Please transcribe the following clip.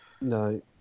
No